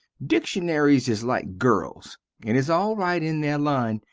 dickshunaries is like girls and is al-rite in there line,